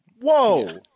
Whoa